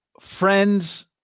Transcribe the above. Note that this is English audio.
friends